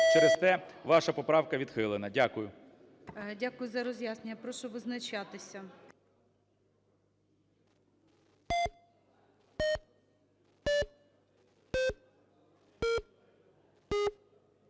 Через те ваша поправка відхилена. Дякую. ГОЛОВУЮЧИЙ. Дякую за роз'яснення. Прошу визначатися.